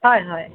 হয় হয়